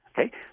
Okay